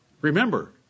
Remember